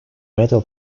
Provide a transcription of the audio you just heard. metal